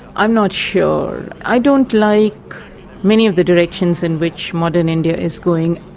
i'm not sure. i don't like many of the directions in which modern india is going.